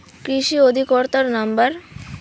কৃষি অধিকর্তার নাম্বার?